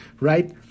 right